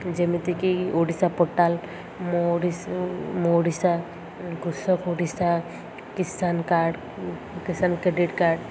ଯେମିତିକି Odisha portal Mo Odisha Mo Odisha Krushak Odisha Kisan card Kisan credit card